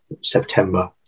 September